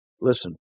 Listen